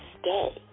stay